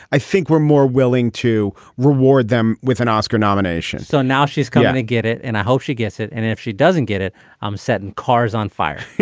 i think we're more willing to reward them with an oscar nomination so now she's come and get it and i hope she gets it. and if she doesn't get it i'm setting cars on fire